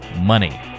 money